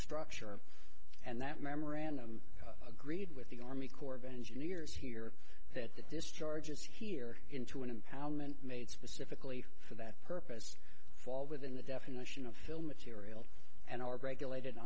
structure and that memorandum agreed with the army corps of engineers here that the discharges here into an empowerment made specifically for that purpose fall within the definition of fill material and or break elated